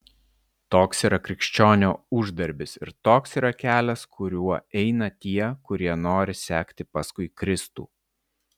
toks yra krikščionio uždarbis ir toks yra kelias kuriuo eina tie kurie nori sekti paskui kristų